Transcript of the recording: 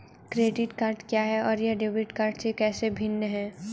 Credit card क्या है और यह डेबिट कार्ड से कैसे भिन्न है?